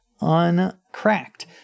uncracked